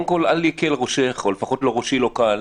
קודם כול, אל יקל ראשך, או לפחות ראשי לא קל,